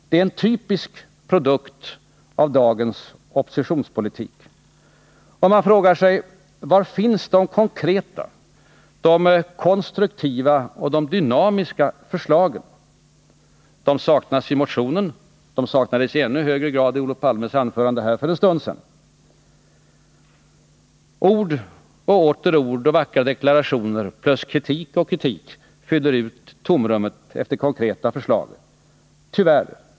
Den är en typisk produkt av dagens oppositionspolitik. Man frågar sig: Var finns de konkreta, konstruktiva och dynamiska förslagen? De saknas i motionen, och de saknades i ännu högre grad i Olof Palmes anförande här för en stund sedan. Ord och åter ord, vackra deklarationer och kritik fyller ut tomrummet efter konkreta förslag — tyvärr.